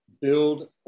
build